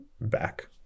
back